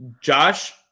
Josh